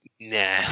Nah